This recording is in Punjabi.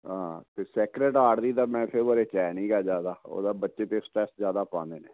ਹਾਂ ਅਤੇ ਸੈਕਰਡ ਆਰਟ ਦੀ ਤਾਂ ਮੈਂ ਫੇਵਰ ਵਿੱਚ ਹੈ ਨਹੀਂ ਹੈਗਾ ਜ਼ਿਆਦਾ ਉਹ ਤਾਂ ਬੱਚੇ 'ਤੇ ਸਟਰੈਸ ਜ਼ਿਆਦਾ ਪਾਉਂਦੇ ਨੇ